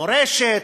מורשת,